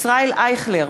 ישראל אייכלר,